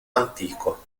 antico